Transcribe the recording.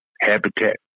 Habitat